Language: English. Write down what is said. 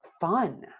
fun